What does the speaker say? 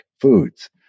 foods